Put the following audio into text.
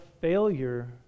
failure